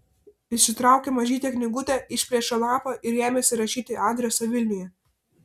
išsitraukė mažytę knygutę išplėšė lapą ir ėmėsi rašyti adresą vilniuje